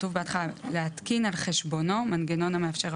כתוב בהתחלה "להתקין על חשבונו מנגנון המאפשר הפעלה".